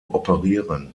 operieren